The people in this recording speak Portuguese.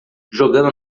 jogando